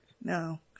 No